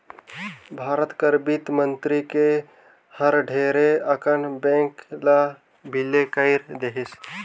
भारत कर बित्त मंतरी हर ढेरे अकन बेंक ल बिले कइर देहिस